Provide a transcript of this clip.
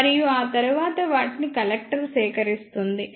మరియు ఆ తరువాత వాటిని కలెక్టర్ సేకరిస్తుంది